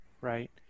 right